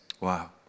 Wow